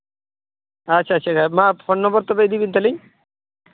ᱟᱪᱪᱷᱟ ᱟᱪᱪᱷᱟ ᱢᱟ ᱯᱷᱳᱱ ᱱᱚᱢᱵᱚᱨ ᱛᱚᱵᱮ ᱤᱫᱤᱢᱮ ᱛᱟᱹᱞᱤᱧ